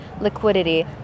liquidity